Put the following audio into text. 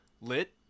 lit